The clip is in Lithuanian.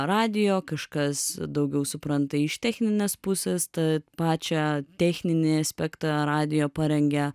radijo kažkas daugiau supranta iš techninės pusės tą pačią techninį aspektą radijo parengia